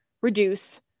reduce